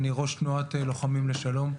אני ראש תנועת לוחמים לשלום,